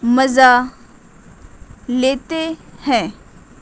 مزہ لیتے ہیں